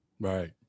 Right